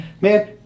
man